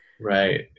right